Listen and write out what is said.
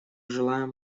желаем